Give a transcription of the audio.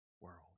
world